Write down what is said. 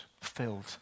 filled